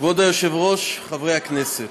כבוד היושבת-ראש, חברי הכנסת,